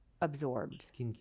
absorbed